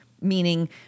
meaning